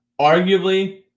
arguably